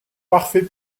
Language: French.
parfait